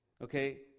okay